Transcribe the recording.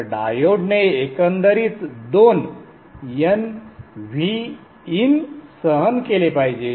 तर डायोडने एकंदरीत दोन nVin सहन केले पाहिजे